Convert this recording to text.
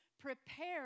Prepare